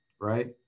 right